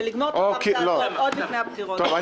ולגמור את הפרסה הזאת עוד לפני הבחירות.